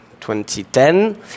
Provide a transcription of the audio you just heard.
2010